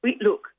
look